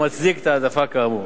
המצדיק את ההעדפה כאמור.